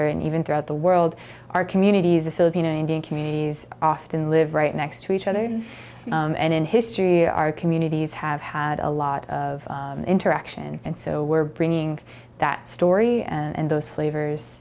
or even throughout the world our communities of filipino indian communities often live right next to each other and in history our communities have had a lot of interaction and so we're bringing that story and those flavors